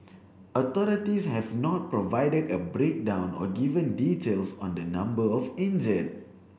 authorities have not provided a breakdown or given details on the number of injured